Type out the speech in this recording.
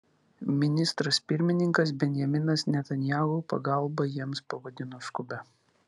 ministras pirmininkas benjaminas netanyahu pagalbą jiems pavadino skubia